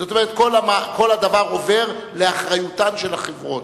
זאת אומרת: כל הדבר עובר לאחריותן של החברות.